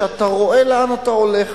שאתה רואה לאן אתה הולך,